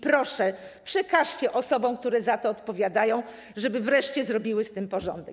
Proszę, przekażcie osobom, które za to odpowiadają, żeby wreszcie zrobiły z tym porządek.